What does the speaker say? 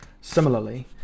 Similarly